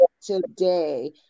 today